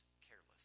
careless